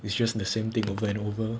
it's just the same thing over and over